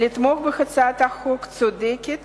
לתמוך בהצעת חוק צודקת